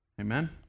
Amen